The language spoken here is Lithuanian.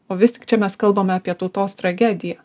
o vis tik čia mes kalbame apie tautos tragediją